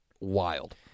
wild